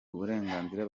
uburenganzira